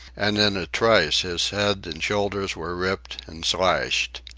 and in a trice his head and shoulders were ripped and slashed.